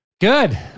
Good